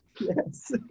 Yes